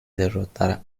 derrotar